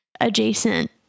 adjacent